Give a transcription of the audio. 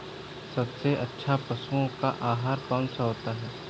सबसे अच्छा पशुओं का आहार कौन सा होता है?